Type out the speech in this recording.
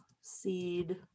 seed